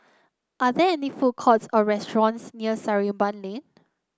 are there food courts or restaurants near Sarimbun Lane